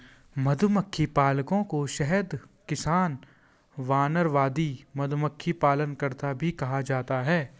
मधुमक्खी पालकों को शहद किसान, वानरवादी, मधुमक्खी पालनकर्ता भी कहा जाता है